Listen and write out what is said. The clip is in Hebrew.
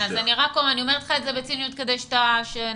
אני אומרת לך את זה בציניות כדי שנקבל